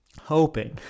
hoping